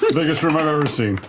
biggest room i've ever seen.